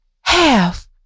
half